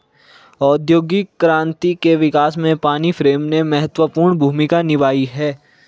औद्योगिक क्रांति के विकास में पानी फ्रेम ने महत्वपूर्ण भूमिका निभाई है